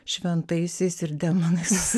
šventaisiais ir demonais